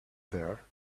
there